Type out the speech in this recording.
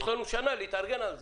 יש לנו שנה להתארגן על זה.